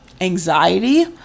anxiety